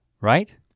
right